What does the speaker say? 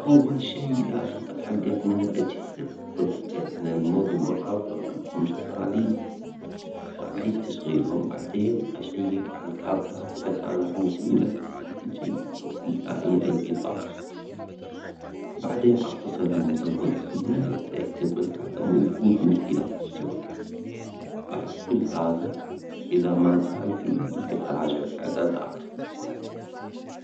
أول شي لازم أتحجج من الأجهزة وأتأكد أن المودم والراوتر شغالين، وأعيد تشغيلهم، بعدين أشيك على الكابلات إذا كانت موصولة بشكل جيد أو فيها أي انجطاع، وبعدين أتصل بمزود الخدمة أتأكد من عدم وجود مشكلة في الشبكة، بعد كل هذا، إذا ما زال فيه مشكلة، يمكن أراجع الإعدادات.